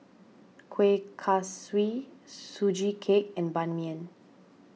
Kueh Kaswi Sugee Cake and Ban Mian